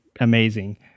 amazing